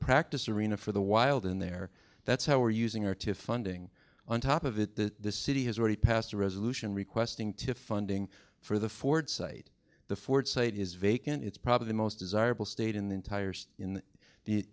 practice arena for the wild in there that's how we're using our to funding on top of it the city has already passed a resolution requesting to funding for the ford site the ford site is vacant it's probably the most desirable state in the entire